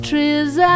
trees